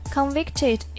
Convicted